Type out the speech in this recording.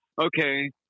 okay